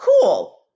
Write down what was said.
cool